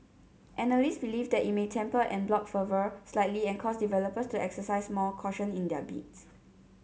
analysts believe that it may temper en bloc fervour slightly and cause developers to exercise more caution in their bids